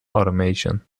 automation